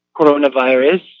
coronavirus